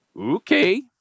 Okay